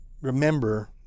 remember